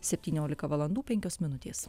septyniolika valandų penkios minutės